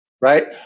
right